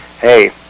hey